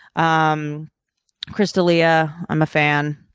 um chris d'elia, i'm a fan.